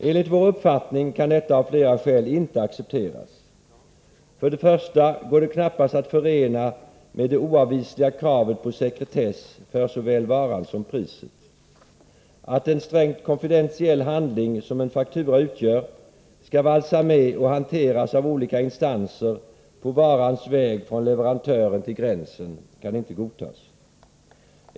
Enligt vår uppfattning kan detta av flera skäl inte accepteras. Först och främst går detta knappast att förena med det oavvisliga kravet på sekretess för såväl varan som priset. Att en strängt konfidentiell handling som en faktura utgör skall valsa med och hanteras av olika instanser på varans väg från leverantören till gränsen kan inte godtas.